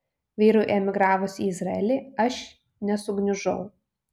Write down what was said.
vyrui emigravus į izraelį aš nesugniužau